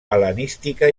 hel·lenística